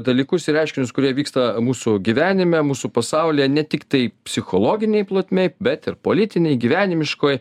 dalykus ir reiškinius kurie vyksta mūsų gyvenime mūsų pasaulyje ne tiktai psichologinėj plotmėj bet ir politinėj gyvenimiškoj